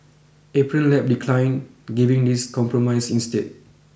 Apron Lab declined giving this compromise instead